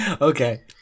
Okay